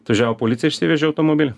atvažiavo policija išsivežė automobilį